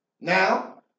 now